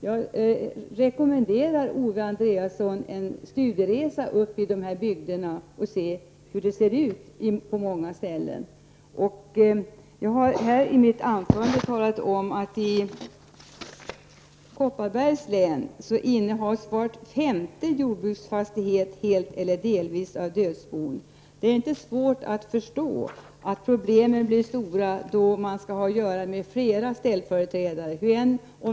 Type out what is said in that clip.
Jag rekommenderar Owe Andréasson en studieresa upp till dessa bygder så att han kan se hur det ser ut på många ställen. Jag nämnde i mitt anförande att var femte jordbruksfastighet i Kopparbergs län helt eller delvis innehas av dödsbon. Det är inte svårt att förstå att problemen blir stora om man skall ha att göra med flera ställföreträdare.